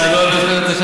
הקריא.